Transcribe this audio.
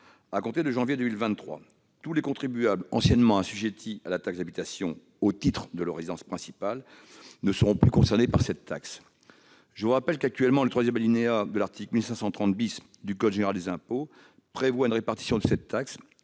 À compter de janvier 2023, tous les contribuables anciennement assujettis à la taxe d'habitation au titre de leur résidence principale ne seront plus concernés par cette taxe. Je vous rappelle que, actuellement, le troisième alinéa de l'article 1530 du code général des impôts prévoit une répartition de cette taxe